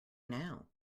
now